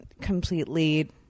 completely